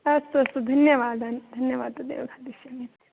अस्तु अस्तु धन्यवादाः धन्यवादः धन्यवादः खादिष्यामि